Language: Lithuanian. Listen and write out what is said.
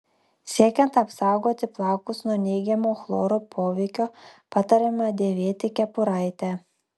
siekiant apsaugoti plaukus nuo neigiamo chloro poveikio patariama dėvėti kepuraitę